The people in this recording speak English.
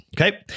Okay